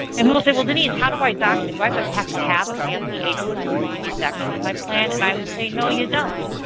and you'll say, well, denise, how do i document? do i so and have to have a family, agency and community section in my plan? and i would say no, you don't.